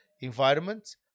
environment